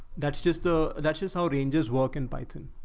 that's just a, that's just how rangers work in biotin.